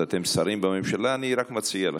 אתם בכל זאת שרים בממשלה, אני רק מציע לכם,